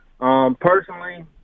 Personally